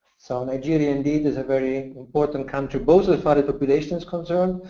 so nigeria indeed is a very important country, both as far as population is concerned,